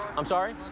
i'm sorry?